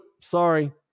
Sorry